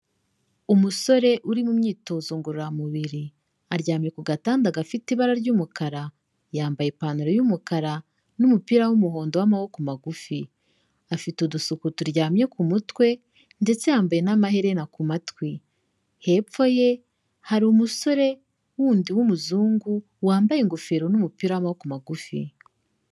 Umusore uri mu myitozo ngororamubiri. Aryamye ku gatanda gafite ibara ry'umukara, yambaye ipantaro y'umukara n'umupira w'umuhondo w'amaboko magufi, afite udusuko turyamye ku mutwe ndetse yambaye n'amaherena ku matwi. Hepfo ye hari umusore wundi w'umuzungu wambaye ingofero n'umupira w'amaboko magufi.